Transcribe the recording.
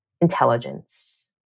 intelligence